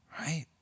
right